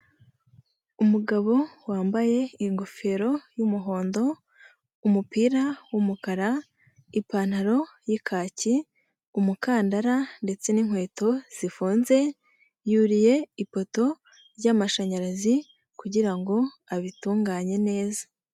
Umugabo wambaye ingofero y'umuhondo, umupira w'umukara, ipantaro y'ikaki, umukandara, ndetse n'inkweto zifunze, yuriye ipoto y'amashanyarazi, kugira ngo abitunganye neza.